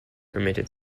permitted